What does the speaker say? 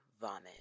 Vomit